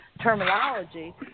terminology